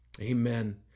Amen